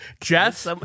Jeff